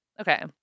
okay